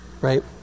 Right